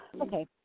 Okay